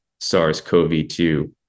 SARS-CoV-2